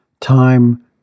time